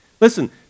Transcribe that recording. Listen